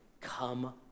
Come